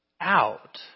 out